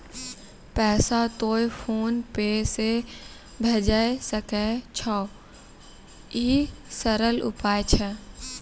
पैसा तोय PhonePe से भैजै सकै छौ? ई सरल उपाय छै?